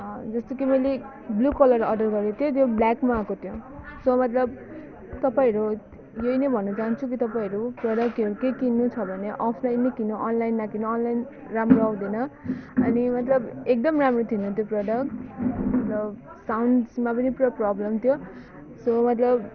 जस्तो कि मैले ब्लु कलर अर्डर गरेको थियो त्यो ब्ल्याकमा आएको थियो सो मतलब तपाईँहरू यही नै भन्न चाहन्छु कि तपाईँहरू प्रडक्टहरू केही किन्नु छ भने अफलाइन नै किन्नु अनलाइन नकिन्नु अनलाइन राम्रो आउँदैन अनि मतलब एकदम राम्रो थिएन त्यो प्रडक्ट मतलब साउन्ड्समा पनि पुरा प्रब्लम थियो सो मतलब